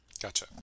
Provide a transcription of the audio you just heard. Gotcha